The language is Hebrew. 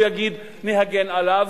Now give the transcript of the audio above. הוא יגיד: נגן עליו,